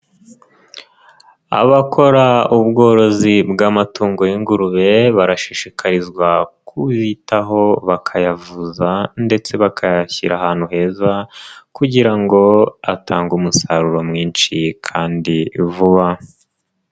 Abakora ubworozi bw'amatungo y'ingurube, barashishikarizwa kuzitaho, bakayavuza ndetse bakayashyira ahantu heza kugira ngo hatange umusaruro mwinshi kandi vuba.